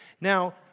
Now